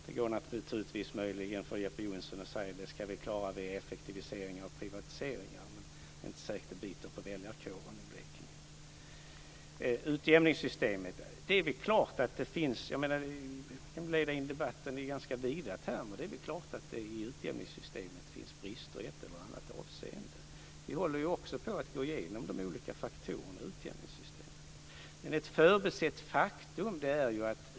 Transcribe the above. Det går möjligen för Jeppe Johnsson att säga att man ska klara av det här via effektiviseringar och privatiseringar, men det är inte säkert att det biter på väljarkåren i Blekinge. Vi kan leda in debatten om utjämningssystemet i ganska vida termer. Det är klart att det finns brister i ett eller annat avseende i utjämningssystemet. Vi håller ju också på att gå igenom de olika faktorerna i utjämningssystemet. Men det finns ett förbisett faktum.